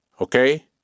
okay